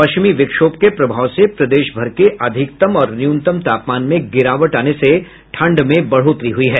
पश्चिमी विक्षोभ के प्रभाव से प्रदेशभर के अधिकतम और न्यूनतम तापमान में गिरावट आने से ठंड में बढ़ोतरी हुई है